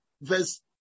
verse